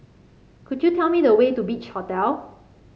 could you tell me the way to Beach Hotel